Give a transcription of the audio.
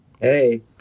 Hey